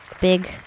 big